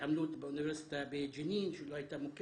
שיתוף הפעולה הזה יכול להיות באופן מלא וכן לשמר את